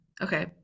Okay